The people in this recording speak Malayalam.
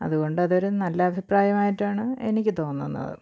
അതുകൊണ്ട് അത് ഒരു നല്ല അഭിപ്രായമായിട്ടാണ് എനിക്ക് തോന്നുന്നത്